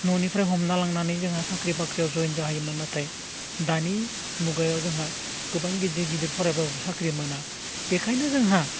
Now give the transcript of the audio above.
न'निफ्राय हमना लांनानै जोंहा साख्रि बाख्रियाव जइन जायोमोन नाथाय दानि मुगायाव जोंहा गोबां गिदिर गिदिर फरायबाबो साख्रि मोना बेनिखायनो जोंहा